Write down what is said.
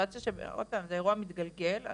זה אירוע מתגלגל,